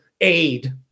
aid